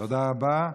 תודה רבה.